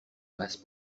masse